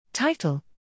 Title